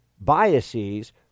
biases